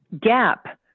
gap